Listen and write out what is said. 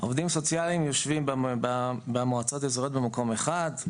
עובדים סוציאליים יושבים במועצות האזוריות במקום אחד,